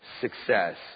success